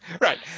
Right